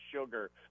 sugar